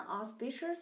auspicious